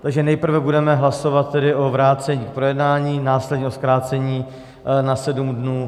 Takže nejprve budeme hlasovat tedy o vrácení k projednání, následně o zkrácení na sedm dnů.